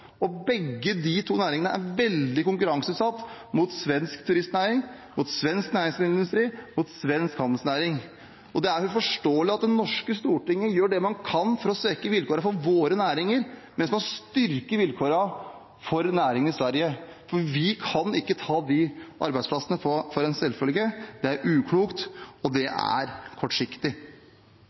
pst. Begge de to næringene er veldig utsatt for konkurranse, fra svensk turistnæring, svensk næringsmiddelindustri, svensk handelsnæring. Det er uforståelig at det norske stortinget gjør det man kan for å svekke vilkårene for våre næringer mens man styrker vilkårene for næringene i Sverige, for vi kan ikke ta de arbeidsplassene som en selvfølge. Det er uklokt, og det er kortsiktig.